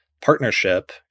partnership